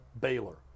Baylor